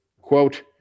Quote